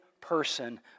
person